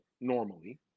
normally